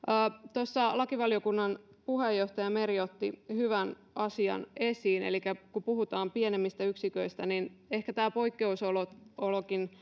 tuossa lakivaliokunnan puheenjohtaja meri otti hyvän asian esiin kun puhutaan pienemmistä yksiköistä niin ehkä tämä poikkeusolokin